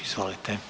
Izvolite.